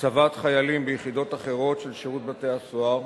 הצבת חיילים ביחידות אחרות של שירות בתי-הסוהר